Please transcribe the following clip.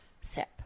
sip